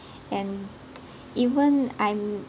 and even I'm